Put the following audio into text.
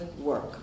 work